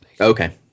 Okay